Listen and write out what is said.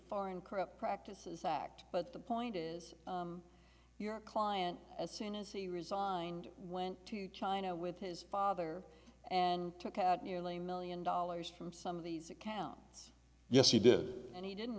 foreign corrupt practices act but the point is your client as soon as he resigned went to china with his father and took out nearly a million dollars from some of these accounts yes he did and he didn't